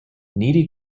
needy